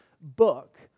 book